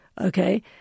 Okay